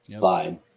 Fine